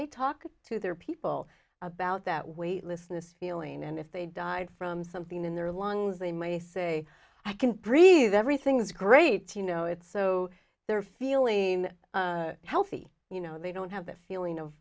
they talk to their people about that weightlessness feeling and if they died from something in their lungs they may say i can breathe everything's great you know it's so they're feeling healthy you know they don't have that feeling of